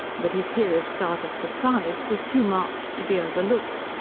but his hearer's start of surprise was too marked to be overlooked.